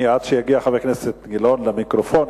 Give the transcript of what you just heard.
עד שיגיע חבר הכנסת גילאון למיקרופון,